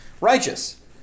righteous